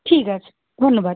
ঠিক আছে ধন্যবাদ